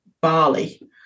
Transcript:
barley